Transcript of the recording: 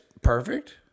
perfect